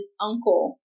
uncle